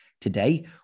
Today